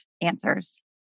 answers